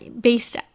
based